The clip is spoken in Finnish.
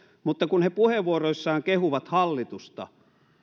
mutta kun he puheenvuoroissaan kehuvat hallitusta